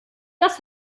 das